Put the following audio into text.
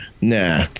Nah